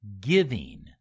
giving